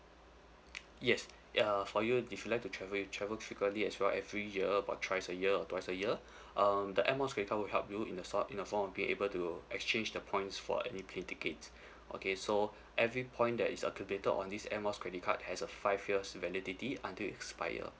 yes uh for you if you like to travel you travel frequently as well every year about thrice a year or twice a year um the Air Miles credit card will help you in the sort in the form of being able to exchange the points for any plane tickets okay so every point that is accumulated on this Air Miles credit card has a five years validity until it expire